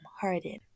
hardened